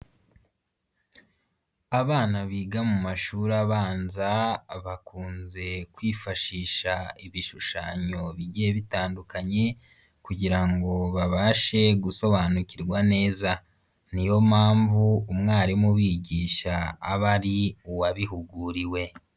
Abana biga mu mashuri abanza bakunze kwifashisha ibishushanyo bigiye bitandukanye kugira ngo babashe gusobanukirwa neza, niyo mpamvu umwarimu ubigisha aba ari uwabihuguriwe.